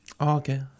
okay